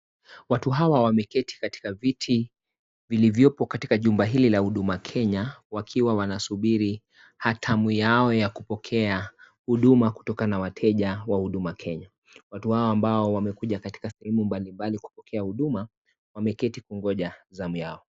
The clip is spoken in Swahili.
Watu hawa wameketi katika viti vilivyopo katika jumba hili la huduma Kenya wakiwa wanasubiri hatamu yao ya kupokea huduma kutokana na wateja wa Huduma kenya. Watu hawa ambao wamekuja katika sehemu mbali mbali kupokea huduma wameketi kungoja zamu yao.